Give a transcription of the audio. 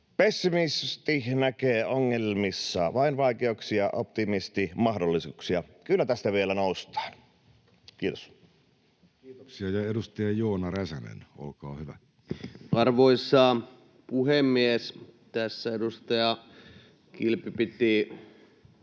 pessimisti näkee ongelmissa vain vaikeuksia, optimisti mahdollisuuksia. Kyllä tästä vielä noustaan. — Kiitos. Kiitoksia. — Ja edustaja Joona Räsänen, olkaa hyvä. Arvoisa puhemies! Tässä edustaja Kilpi piti